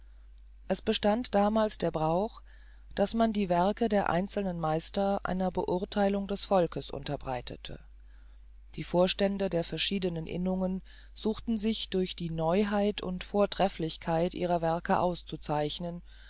es bestand damals der brauch daß man die werke der einzelnen meister einer beurtheilung des volkes unterbreitete die vorstände der verschiedenen innungen suchten sich durch die neuheit und vortrefflichkeit ihrer werke auszuzeichnen